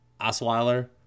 Osweiler